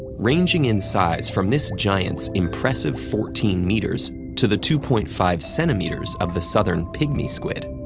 ranging in size from this giant's impressive fourteen meters to the two point five centimeters of the southern pygmy squid,